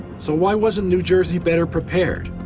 so why wasn't new jersey better prepared?